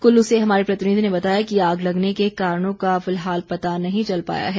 कुल्लू से हमारे प्रतिनिधि ने बताया कि आग लगने के कारणों का फिलहाल पता नहीं चल पाया है